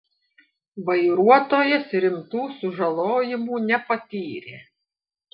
vairuotojas rimtų sužalojimų nepatyrė